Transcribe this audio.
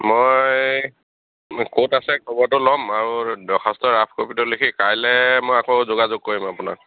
মই ক'ত আছে খবৰটো ল'ম আৰু দৰ্খাস্ত ৰাফকপিটো লিখি কাইলে মই আকৌ যোগাযোগ কৰিম আপোনাক